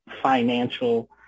financial